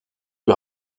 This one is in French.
lui